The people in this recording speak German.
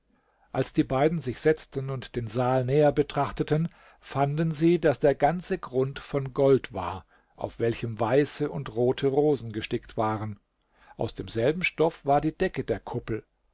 als die beiden sich setzten und den saal näher betrachteten fanden sie daß der ganze grund von gold war auf welchem weiße und rote rosen gestickt waren aus demselben stoff war die decke der kuppel